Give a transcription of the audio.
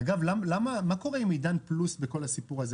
אגב, מה קורה עם עידן פלוס בכל הסיפור הזה?